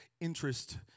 interest